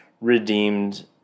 redeemed